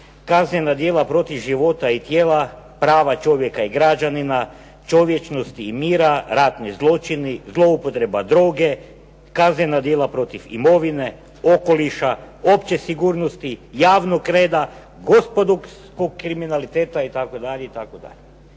kaznena djela protiv života i tijela, prava čovjeka i građanina, čovječnosti i mira, ratni zločini, zloupotreba droge, kaznena djela protiv imovine, okoliša, opće sigurnosti, javnog reda, gospodarskog kriminaliteta itd. I